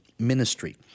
Ministry